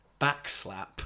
Backslap